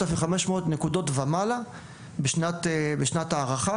אלפים חמש מאות נקודות ומעלה בשנת ההערכה,